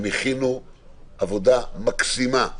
הם הכינו עבודה מקסימה,